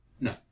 no